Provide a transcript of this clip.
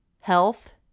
health